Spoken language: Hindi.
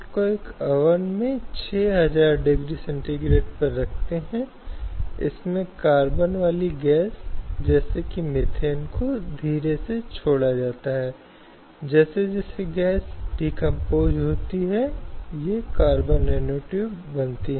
तो यह वही स्थिति है जिसे हम देख रहे हैं जिससे पुरुषों को खतरा महसूस होता है पुरुषों को लगता है कि पारंपरिक रूप से और उनके लिए जो कुछ रखा गया है उसे धीरे धीरे महिलाओं ने संभाल लिया है इसलिए यह उनकी आजीविका के लिए खतरा है यह उनके अस्तित्व के लिए खतरा है